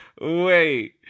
Wait